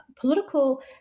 political